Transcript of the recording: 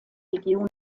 region